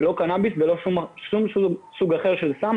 לא קנאביס ולא שום סוג אחר של סם,